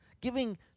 giving